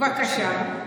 בבקשה.